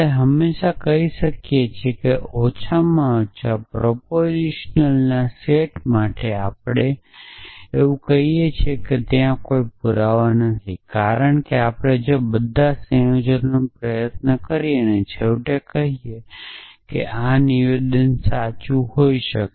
આપણે હંમેશાં કહી શકીએ છીએ કે ઓછામાં ઓછા પ્રોપોજીશન ના સેટ માટે આપણે હંમેશાં કહી શકીએ છીએ કે કોઈ પુરાવો નથી કારણ કે આપણે બધા સંયોજનોનો પ્રયાસ કરીએ છીએ અને છેવટે કહી શકીએ કે આ નિવેદન સાચું હોઈ શકે